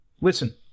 listen